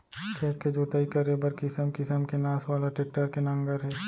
खेत के जोतई करे बर किसम किसम के नास वाला टेक्टर के नांगर हे